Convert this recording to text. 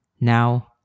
Now